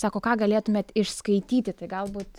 sako ką galėtumėt išskaityti tai galbūt